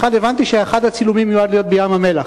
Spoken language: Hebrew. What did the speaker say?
אחת, הבנתי שאחד הצילומים מיועד להיות בים-המלח.